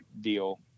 deal